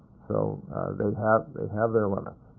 so they have they have their limits.